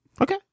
Okay